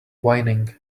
whining